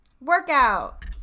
workout